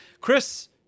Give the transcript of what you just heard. Chris